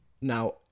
now